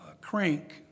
crank